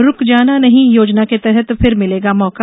रुक जाना नहीं योजना के तहत फिर मिलेगा मौका